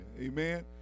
Amen